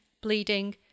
bleeding